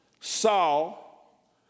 Saul